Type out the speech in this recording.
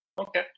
Okay